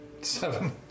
seven